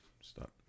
stop